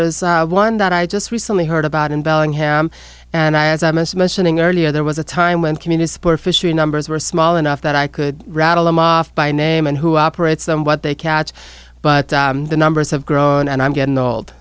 there's one that i just recently heard about in bellingham and i as i missed mentioning earlier there was a time when community support fishery numbers were small enough that i could rattle them off by name and who operates them what they catch but the numbers have grown and i'm getting old